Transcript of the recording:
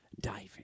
diving